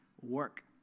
work